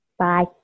Bye